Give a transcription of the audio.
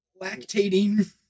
Lactating